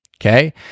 okay